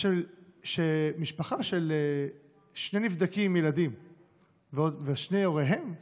שמשפחה של שני נבדקים ילדים ושני הוריהם